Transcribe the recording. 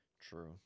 True